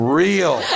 real